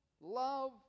love